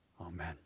Amen